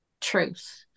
truth